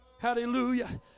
hallelujah